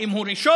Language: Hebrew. האם הוא ראשון,